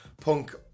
Punk